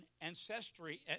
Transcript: ancestry